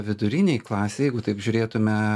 vidurinei klasei jeigu taip žiūrėtumėme